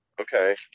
Okay